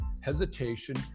hesitation